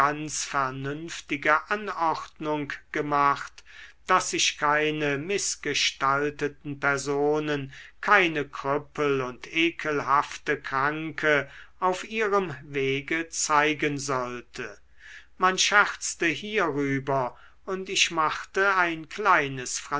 vernünftige anordnung gemacht daß sich keine mißgestalteten personen keine krüppel und ekelhafte kranke auf ihrem wege zeigen sollten man scherzte hierüber und ich machte ein kleines